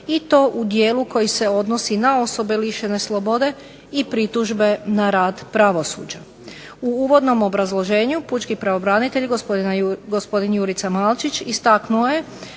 i to u dijelu koji se odnosi na osobe lišene slobode i pritužbe na rad pravosuđa. U uvodnog obrazloženju Pučki pravobranitelj gospodin Jurica Malčić istaknuo je